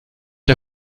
der